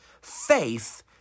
faith